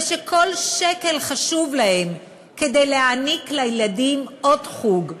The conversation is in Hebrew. ושכל שקל חשוב להם כדי להעניק לילדים עוד חוג,